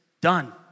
done